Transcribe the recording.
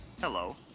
Hello